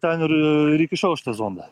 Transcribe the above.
ten ir ir įkišau aš tą zondą